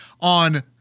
on